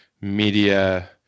media